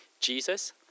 Jesus